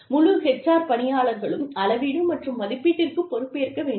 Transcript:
முழு HR பணியாளர்களும் அளவீடு மற்றும் மதிப்பீட்டிற்குப் பொறுப்பேற்க வேண்டும்